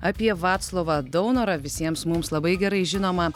apie vaclovą daunorą visiems mums labai gerai žinomą